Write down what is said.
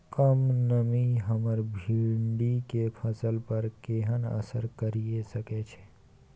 कम नमी हमर भिंडी के फसल पर केहन असर करिये सकेत छै?